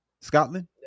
Scotland